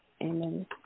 Amen